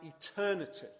eternity